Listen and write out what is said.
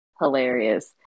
hilarious